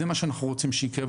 זה מה שאנחנו רוצים שיקרה,